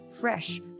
fresh